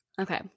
Okay